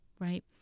right